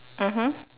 mmhmm